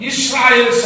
Israel